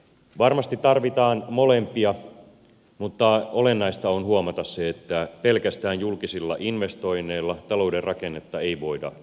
varmasti tarvitaan molempia mutta olennaista on huomata se että pelkästään julkisilla investoinneilla talouden rakennetta ei voida uudistaa